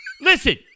Listen